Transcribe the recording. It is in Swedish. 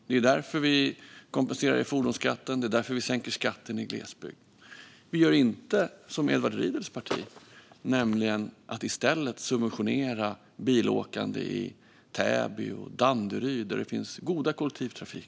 Det är därför vi kompenserar i fordonsskatten, och det är därför vi sänker skatten i glesbygd. Vi gör inte som Edward Riedls parti, nämligen att i stället subventionera bilåkande i Täby och Danderyd där det finns god kollektivtrafik.